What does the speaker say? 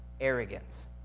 arrogance